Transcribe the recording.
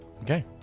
Okay